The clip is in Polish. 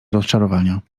rozczarowania